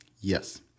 yes